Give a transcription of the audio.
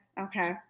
Okay